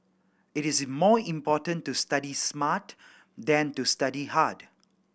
it is more important to study smart than to study hard